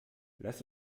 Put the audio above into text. lass